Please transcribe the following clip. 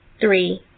Three